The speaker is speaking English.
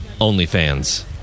OnlyFans